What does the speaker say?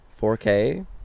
4K